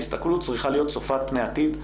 ההסתכלות צריכה להיות צופת פני העתיד.